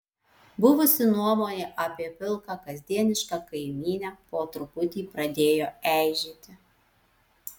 buvusi nuomonė apie pilką kasdienišką kaimynę po truputį pradėjo eižėti